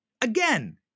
Again